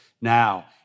now